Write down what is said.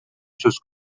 söz